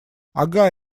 ага